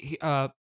Uh-